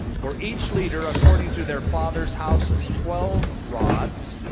for each leader according to their fathers' houses, twelve rods